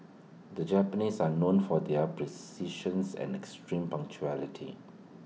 the Japanese are known for their precisions and extreme punctuality